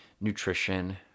nutrition